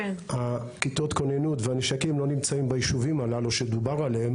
כיתות הכוננות והנשקים לא נמצאים ביישובים הללו שדובר עליהם,